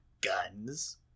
Guns